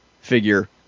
figure